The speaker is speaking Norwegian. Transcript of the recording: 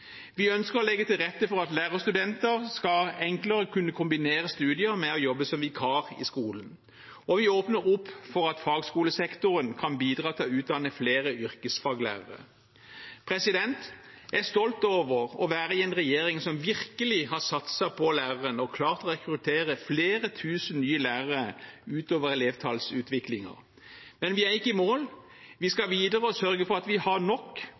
Vi ønsker å legge til rette for at lærerstudenter enklere skal kunne kombinere studier med å jobbe som vikar i skolen. Og vi åpner opp for at fagskolesektoren kan bidra til å utdanne flere yrkesfaglærere. Jeg er stolt av at vi er i en regjering som virkelig har satset på læreren og klart å rekruttere flere tusen nye lærere utover elevtallutviklingen. Men vi er ikke i mål. Vi skal videre sørge for at vi framover har nok